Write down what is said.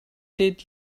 did